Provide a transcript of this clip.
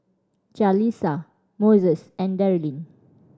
Jalisa Moses and Deryl